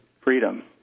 freedom